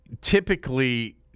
typically –